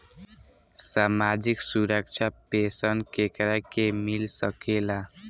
सामाजिक सुरक्षा पेंसन केकरा के मिल सकेला?